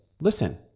listen